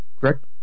Correct